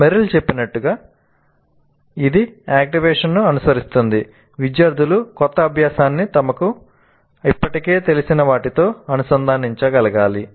Merrill చెప్పినట్లుగా ఇది activation ను అనుసరిస్తుంది 'విద్యార్థులు కొత్త అభ్యాసాన్ని తమకు ఇప్పటికే తెలిసిన వాటితో అనుసంధానించగలగాలి